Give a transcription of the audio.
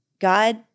God